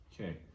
Okay